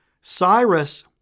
Cyrus